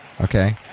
Okay